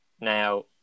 Now